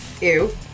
Ew